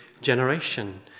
generation